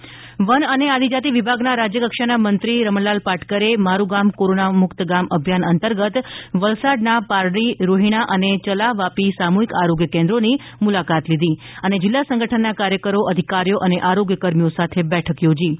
મંત્રી રમણલાલ ાટકર વન અને આદિજાતિ વિભાગના રાજ્યકક્ષાના મંત્રી રમણલાલ પાટકરે માટું ગામ કોરોના મુક્ત ગામ અભિયાન અંતર્ગત વલસાડના પારડી રોહિણા અને ચલા વાપી સામુહિક આરોગ્ય કેન્દ્રોની મુલાકાત લીધી હતી અને જિલ્લા સંગઠનના કાર્યકરો અધિકારીઓ આરોગ્યકર્મીઓ સાથે બેઠક થોજી હતી